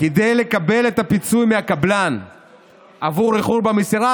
כדי לקבל את הפיצוי מהקבלן עבור איחור במסירה,